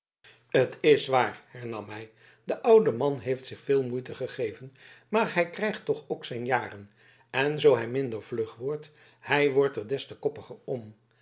t is waar hernam hij de oude man heeft zich veel moeite gegeven maar hij krijgt toch ook zijn jaren en zoo hij minder vlug wordt hij wordt er des te koppiger om